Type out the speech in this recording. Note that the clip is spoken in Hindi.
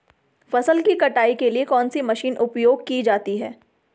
फसल की कटाई के लिए कौन सी मशीन उपयोग की जाती है?